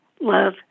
love